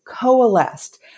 coalesced